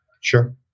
Sure